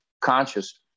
conscious